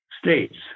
states